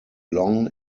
long